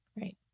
Right